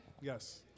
Yes